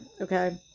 okay